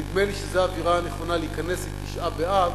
נדמה לי שזאת האווירה הנכונה להיכנס לתשעה באב,